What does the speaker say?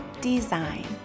design